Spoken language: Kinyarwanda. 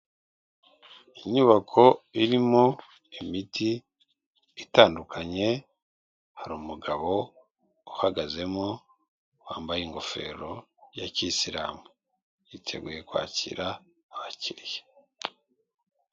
Inyubako irimo imiti itandukanye, hari umugabo uhagazemo wambaye ingofero ya kisiramu, yiteguye kwakira abakiriya.